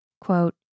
Quote